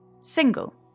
single